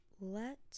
Let